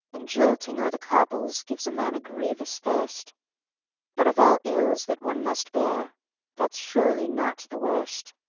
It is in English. and jolting o'er the cobbles gives a man a grievous thirst but of all ills that one must bear that's surely not the worst.